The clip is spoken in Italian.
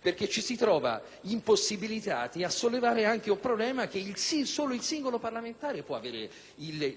perchè ci si trova impossibilitati a sollevare anche il problema che solo il singolo parlamentare può avere